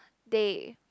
they